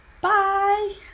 bye